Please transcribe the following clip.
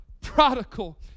prodigal